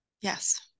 Yes